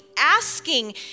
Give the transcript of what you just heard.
asking